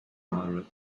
moderate